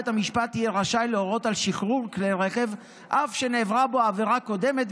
בית המשפט יהיה רשאי להורות על שחרור כלי רכב אף שנעברה בו עבירה קודמת,